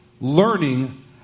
learning